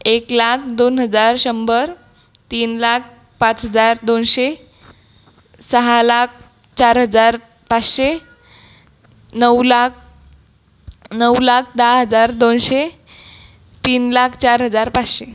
एक लाख दोन हजार शंभर तीन लाख पाच हजार दोनशे सहा लाख चार हजार पाचशे नऊ लाख नऊ लाख दहा हजार दोनशे तीन लाख चार हजार पाचशे